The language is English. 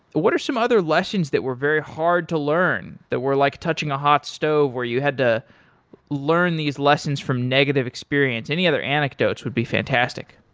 what are some other lessons that were very hard to learn, that were like touching a hot stove, where you had to learn these lessons from negative experience? any other anecdotes would be fantastic.